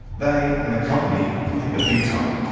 they and the company hit the big time.